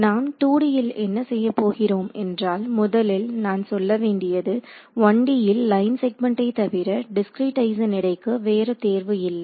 நாம் 2D ல் என்ன செய்யப்போகிறோம் என்றால் முதலில் நான் சொல்ல வேண்டியது 1D ல் லைன் செக்மெண்ட்டை தவிர டிஸ்கிரீட்டைஸின் எடைக்கு வேற தேர்வு இல்லை